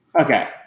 Okay